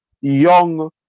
young